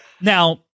Now